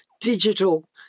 digital